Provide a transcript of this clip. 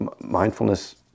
mindfulness